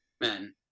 men